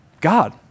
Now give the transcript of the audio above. God